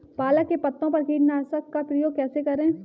पालक के पत्तों पर कीटनाशक का प्रयोग कैसे करें?